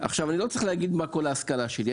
עכשיו אני לא צריך להגיד מה כל ההשכלה שלי,